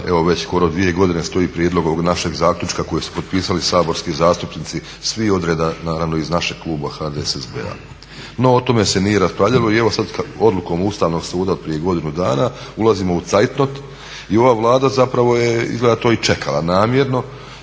evo već skoro dvije godine stoji prijedlog ovog našeg zaključka koji su potpisali saborski zastupnici svi odreda naravno iz našeg kluba HDSSB-a. No, o tome se nije raspravljalo. I evo sad odlukom Ustavnog suda od prije godinu dana ulazimo u zeitnot i ova Vlada zapravo je izgleda to i čekala namjerno